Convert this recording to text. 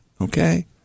Okay